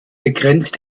begrenzt